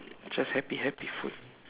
just happy happy food